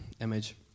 image